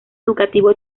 educativo